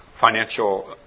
financial